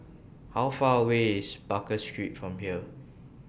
How Far away IS Baker Street from here